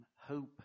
hope